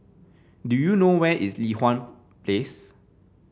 do you know where is Li Hwan Place